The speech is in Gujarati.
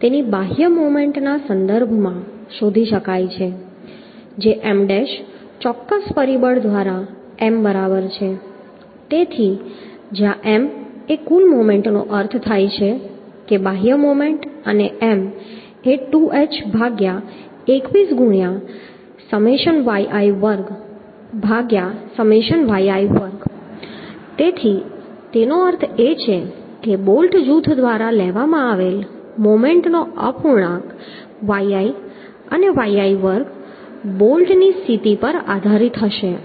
તેની બાહ્ય મોમેન્ટના સંદર્ભમાં શોધી શકાય છે જે M ડેશ ચોક્કસ પરિબળ દ્વારા M બરાબર છે તેથી જ્યાં M એ કુલ મોમેન્ટનો અર્થ થાય છે બાહ્ય મોમેન્ટ અને M એ 2h ભાગ્યા 21 ગુણ્યાં સમેશન yi ભાગ્યા સમેશન yi વર્ગ તેથી તેનો અર્થ એ કે બોલ્ટ જૂથ દ્વારા લેવામાં આવેલ મોમેન્ટનો અપૂર્ણાંક yi અને yi વર્ગ બોલ્ટની સ્થિતિ પર આધારિત હશે